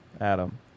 Adam